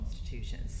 institutions